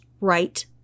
right